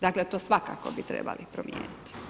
Dakle, to svakako bi trebali promijeniti.